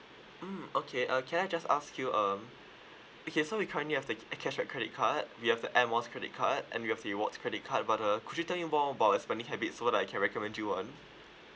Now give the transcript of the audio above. mm okay uh can I just ask you um okay so we currently have the uh cashback credit card we have the airmiles credit card and we have the rewards credit card but uh could you tell me more about your spending habits so I can recommend you one